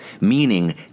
meaning